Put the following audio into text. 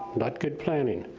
not good planning.